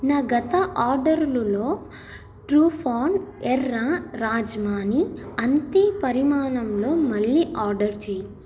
నా గత ఆర్డరులులో ట్రూ ఫ్యాన్ ఎర్ర రాజ్మాని అంతే పరిమాణంలో మళ్ళీ ఆర్డర్ చేయి